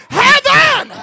heaven